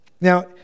Now